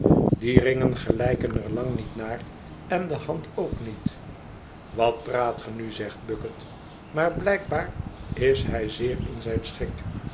die ringen gelijken er lang niet naar en de hand ook niet wat praat ge nu zegt bucket maar blijkbaar is hij zeer in zijn schik